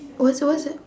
what's what's that